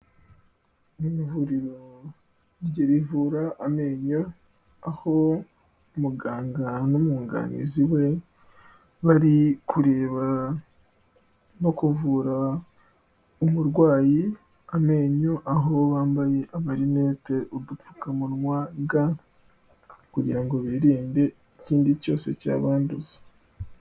Ni mu ivuriro rivura amenyo aho muganga n'umwunganizi we bari kureba no kuvura uburwayi amenyo, aho bambaye amarinete, udupfukamunwa, ga kugira ngo birinde ikindi cyose cyabanduza.